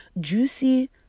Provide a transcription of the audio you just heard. juicy